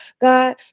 God